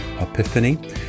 Epiphany